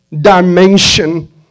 dimension